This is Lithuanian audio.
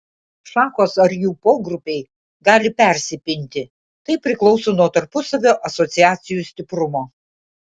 šakos ar jų pogrupiai gali persipinti tai priklauso nuo tarpusavio asociacijų stiprumo